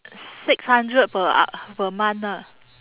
six hundred per uh per month lah